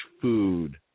food